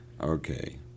Okay